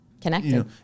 connected